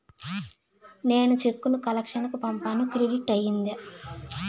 నేను చెక్కు ను కలెక్షన్ కు పంపాను క్రెడిట్ అయ్యిందా